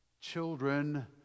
children